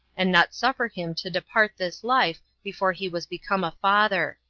and not suffer him to depart this life before he was become a father.